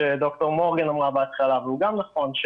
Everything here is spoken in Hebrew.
שד"ר מורגן אמרה בהתחלה והוא גם נכון,